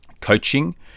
coaching